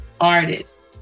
artists